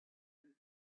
him